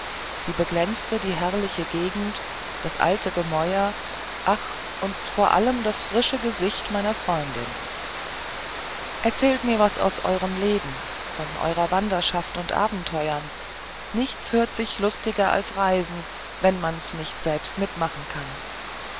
sie beglänzte die herrliche gegend das alte gemäuer ach und vor allem das frische gesicht meiner freundin erzählt mir was aus eurem leben von eurer wanderschaft und abenteuern nichts hört sich lustiger als reisen wenn man's nicht selbst mitmachen kann